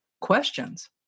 questions